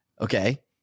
okay